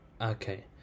Okay